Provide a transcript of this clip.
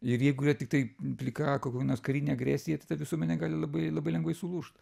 ir jeigu yra tiktai plika kokia nors karinė agresija visuomenė gali labai labai lengvai sulūžt